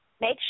Make